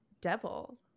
devil